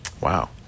Wow